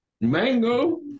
Mango